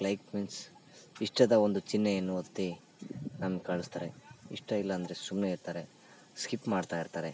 like means ಇಷ್ಟದ ಒಂದು ಚಿಹ್ನೆಯನ್ನು ಒತ್ತಿ ನಮಗೆ ಕಳಿಸ್ತಾರೆ ಇಷ್ಟ ಇಲ್ಲ ಅಂದರೆ ಸುಮ್ಮನೆ ಇರ್ತಾರೆ ಸ್ಕಿಪ್ ಮಾಡ್ತಾ ಇರ್ತಾರೆ